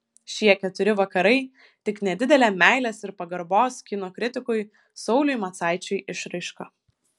šie keturi vakarai tik nedidelė meilės ir pagarbos kino kritikui sauliui macaičiui išraiška